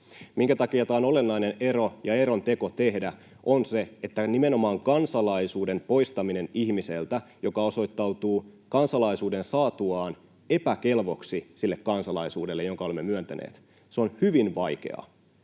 minkä takia tämä on olennainen ero ja eronteko tehdä, on se, että nimenomaan tämän kansalaisuuden poistaminen ihmiseltä, joka osoittautuu kansalaisuuden saatuaan epäkelvoksi sille kansalaisuudelle, jonka olemme myöntäneet, on hyvin vaikeaa,